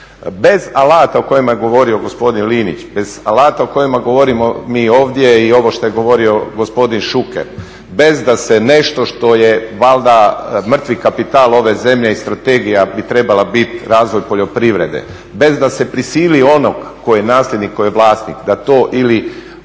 Bez alata o kojim je govorio gospodin Linić, bez alata o kojima govorimo mi ovdje, i ovo što je govorio gospodin Šuker, bez da se nešto što je valjda mrtvi kapital ove zemlje, i strategija bi trebala biti razvoj poljoprivrede, bez da se prisili onog koji je nasljednik, koji je vlasnik da to ili